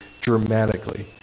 dramatically